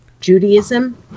Judaism